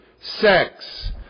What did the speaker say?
sex